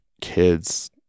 kids